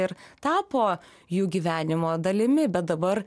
ir tapo jų gyvenimo dalimi bet dabar